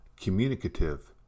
communicative